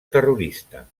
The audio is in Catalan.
terrorista